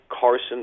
Carson